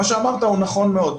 ומה שאמרת הוא נכון מאוד.